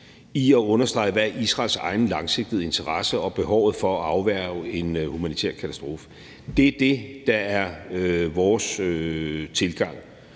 til at understrege, hvad Israels egen langsigtede interesse er, og understrege behovet for at afværge en humanitær katastrofe. Det er det, der er vores tilgang.